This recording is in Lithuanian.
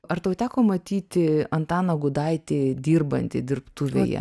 ar tau teko matyti antaną gudaitį dirbantį dirbtuvėje